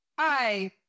Hi